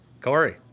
Corey